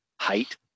height